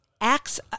Acts